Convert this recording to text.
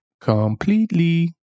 completely